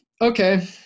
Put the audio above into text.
Okay